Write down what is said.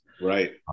Right